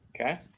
Okay